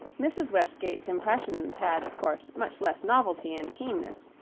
mrs. westgate's impressions had, of course, much less novelty and keenness,